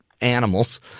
animals